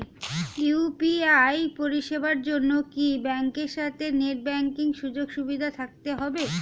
UPI পরিষেবার জন্য কি ব্যাংকের সাথে নেট ব্যাঙ্কিং সুযোগ সুবিধা থাকতে হবে?